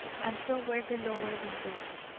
and so were the lower windows,